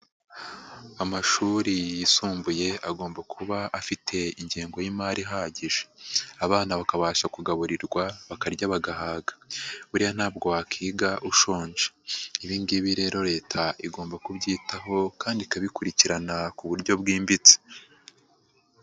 Amashuri yisumbuye agomba kuba afite ingengo y'imari ihagije. Abana bakabasha kugaburirwa, bakarya bagahaga. Buriya ntabwo wakiga ushonje. Ibingibi rero leta igomba kubyitaho kandi ikabikurikirana ku buryo bwimbitse.